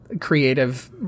creative